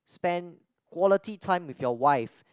spend quality time with your wife